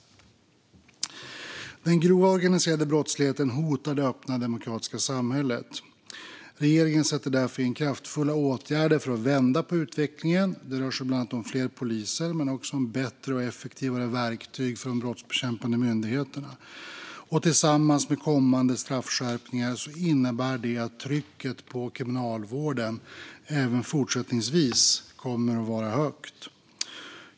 Den grova organiserade brottsligheten hotar det öppna demokratiska samhället. Regeringen sätter därför in kraftfulla åtgärder för att vända utvecklingen. Det rör sig bland annat om fler poliser men också om bättre och effektivare verktyg för de brottsbekämpande myndigheterna. Tillsammans med kommande straffskärpningar innebär det att trycket på Kriminalvården även fortsättningsvis kommer att vara högt.